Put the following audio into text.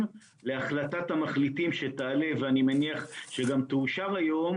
להחלטת המחליטים שתעלה ואני מניח שגם תאושר היום,